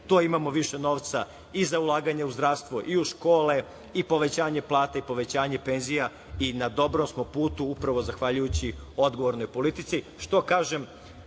to imamo više novca i za ulaganje u zdravstvo, i u škole, i povećanje plata, i povećanje penzija i na dobrom smo putu upravo zahvaljujući odgovornoj politici,